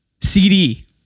CD